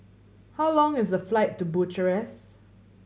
how long is the flight to Bucharest